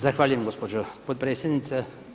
Zahvaljujem gospođo potpredsjednice.